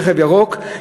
רכב ירוק,